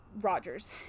Rogers